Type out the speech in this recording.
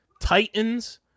titans